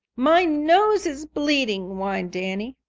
my nose is bleeding, whined danny.